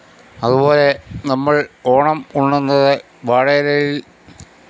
അതുപോലെ നമ്മള് ഓണം ഉണ്ണുന്നത് വാഴയിലയില്